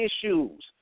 issues